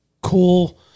cool